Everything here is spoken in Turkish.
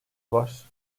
var